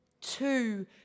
Two